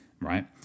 right